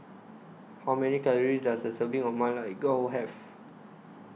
How Many Calories Does A Serving of Ma Lai Gao Have